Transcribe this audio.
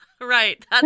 right